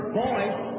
voice